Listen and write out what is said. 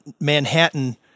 Manhattan